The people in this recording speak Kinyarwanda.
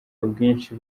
ubwinshi